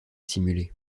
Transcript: simuler